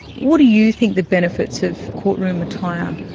what do you think the benefits of courtroom attire